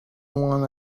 one